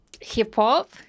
Hip-hop